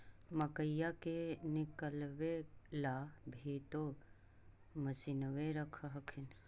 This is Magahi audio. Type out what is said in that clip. मकईया के निकलबे ला भी तो मसिनबे रख हखिन?